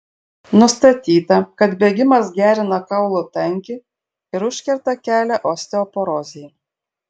nustatyta kad bėgimas gerina kaulų tankį ir užkerta kelią osteoporozei